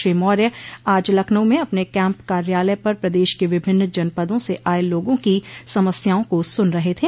श्री मौर्य आज लखनऊ में अपने कैम्प कार्यालय पर प्रदेश के विभिन्न जनपदों से आये लोगों की समस्याओं को सुन रहे थे